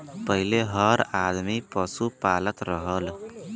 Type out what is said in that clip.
पहिले हर आदमी पसु पालत रहल